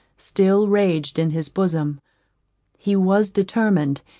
still raged in his bosom he was determined,